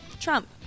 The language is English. Trump